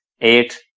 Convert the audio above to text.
eight